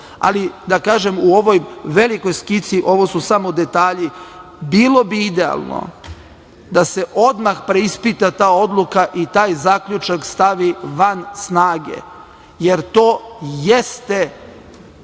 ali da kažem u ovoj velikoj skici ovo su samo detalji. Bilo bi idealno da se odmah preispita ta odluka i taj zaključak stavi van snage, jer to jeste,